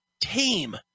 tame